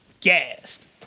gassed